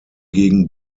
gegen